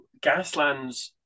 Gaslands